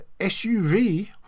SUV